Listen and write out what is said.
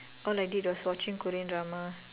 all I did was watching Korean drama